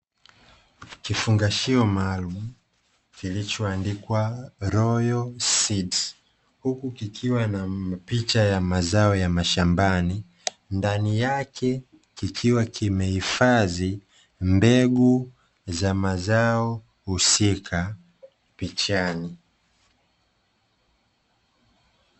Kifungashio maalumu, kilicho andikwa "royal seeds" huku kikiwa na picha ya mazao ya mashambani, ndani yake kikiwa kimehifadhi mbegu za mazao husika pichani.